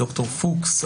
ד"ר פוקס.